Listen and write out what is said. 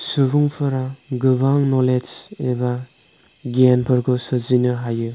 सुबुंफोरा गोबां न'लेज एबा गियानफोरखौ सोरजिनो हायो